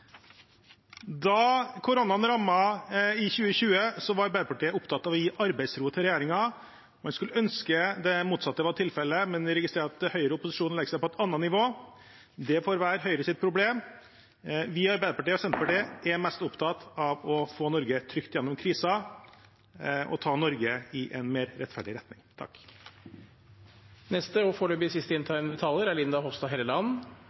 Da koronaen rammet i 2020, var Arbeiderpartiet opptatt av å gi arbeidsro til regjeringen. Jeg skulle ønske det motsatte var tilfellet, men vi registrerer at Høyre og opposisjonen legger seg på et annet nivå. Det får være Høyres problem. Vi i Arbeiderpartiet og Senterpartiet er mest opptatt å få Norge trygt gjennom krisen og ta Norge i en mer rettferdig retning. Representanten Linda Hofstad Helleland har hatt ordet to ganger tidligere og